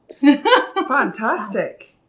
Fantastic